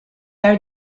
are